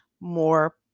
more